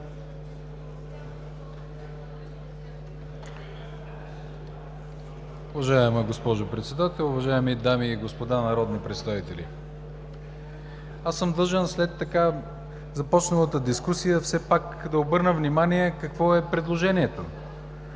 госпожо Председател, уважаеми дами и господа народни представители! Длъжен съм след така започналата дискусия все пак да обърна внимание какво е предложението.